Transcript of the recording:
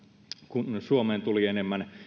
kun suomeen tuli enemmän